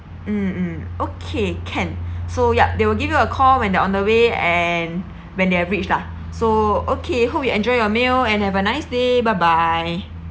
mm mm okay can so yup they will give you a call when they're on the way and when they have reached lah so okay hope you enjoy your meal and have a nice day bye bye